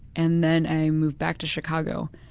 and then i moved back to chicago.